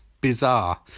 bizarre